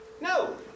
No